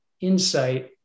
insight